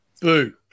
Boo